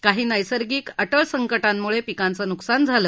काही नैर्सगिक अटळ संकटांमुळे पिकांचं नुकसान झालं